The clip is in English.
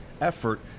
effort